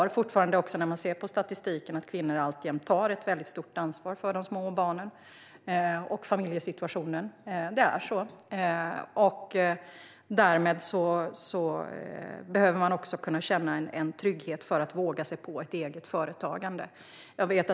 Statistiken visar att kvinnor alltjämt tar ett väldigt stort ansvar för de små barnen och för familjesituationen. Det är så, och därmed behöver man också kunna känna en trygghet för att våga sig på ett eget företagande.